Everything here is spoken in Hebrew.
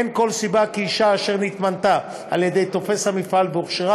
אין כל סיבה שאישה אשר נתמנתה על ידי תופש המפעל והוכשרה